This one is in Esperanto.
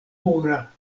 pura